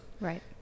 right